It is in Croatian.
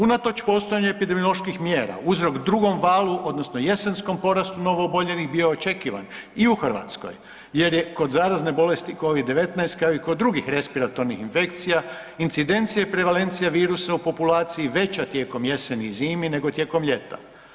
Unatoč postojanju epidemioloških mjera, uzrok drugom valu odnosno jesenskom poratu novooboljelih bio je očekivan i u Hrvatskoj jer je kod zarazne bolesti COVID-18 kao i kod drugih respiratornih infekcija, incidencije prevalencije virusu u populaciji veća tijekom jeseni i zimi nego tijekom ljeta.